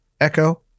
Echo